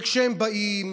כשהם באים,